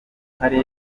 kari